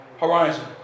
horizon